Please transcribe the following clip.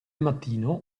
mattino